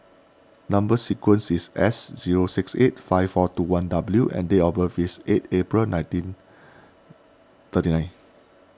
Number Sequence is S zero six eight five four two one W and date of birth is eight April nineteen thirty nine